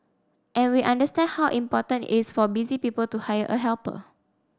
and we understand how important it is for busy people to hire a helper